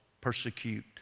persecute